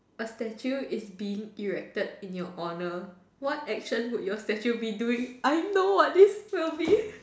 a statue is being erected in your honour what action would your statue be doing I know what this will be